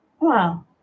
Wow